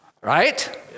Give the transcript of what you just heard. right